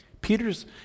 Peter's